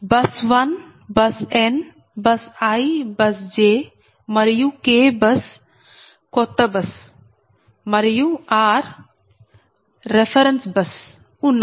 bus 1 bus n bus i bus j మరియు k bus కొత్త bus మరియు r reference bus ఉన్నాయి